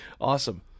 awesome